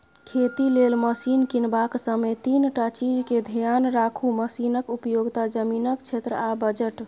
खेती लेल मशीन कीनबाक समय तीनटा चीजकेँ धेआन राखु मशीनक उपयोगिता, जमीनक क्षेत्र आ बजट